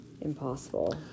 impossible